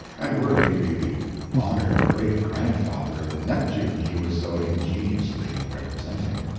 and worthy to be the honored great-grandfather of the neptune he was so ingeniously representing.